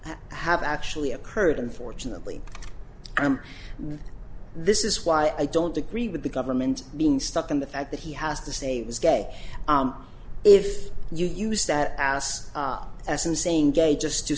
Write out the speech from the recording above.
to have actually occurred unfortunately i am this is why i don't agree with the government being stuck in the fact that he has to say is gay if you use that house as an same gay just to